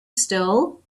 still